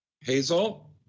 Hazel